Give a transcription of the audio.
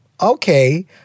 Okay